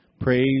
Praise